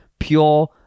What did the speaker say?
pure